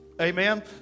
Amen